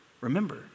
Remember